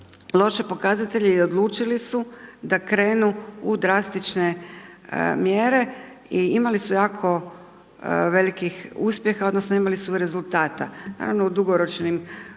loše pokazatelje i odlučili su da krenu u drastične mjere i imali su jako velikih uspjeha, odnosno imali su rezultata. Naravno u dugoročnim,